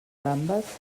gambes